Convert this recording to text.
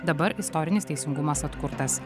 dabar istorinis teisingumas atkurtas